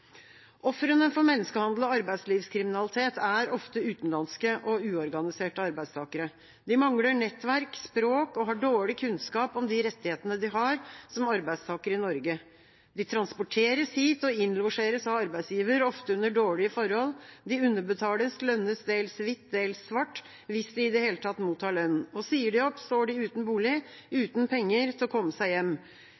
Ofrene for menneskehandel og arbeidslivskriminalitet er ofte utenlandske og uorganiserte arbeidstakere. De mangler nettverk og språk og har dårlig kunnskap om de rettighetene de har som arbeidstakere i Norge. De transporteres hit og innlosjeres av arbeidsgiver, ofte under dårlige forhold. De underbetales, lønnes dels hvitt, dels svart, hvis de i det hele tatt mottar lønn. Sier de opp, står de uten bolig,